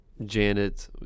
Janet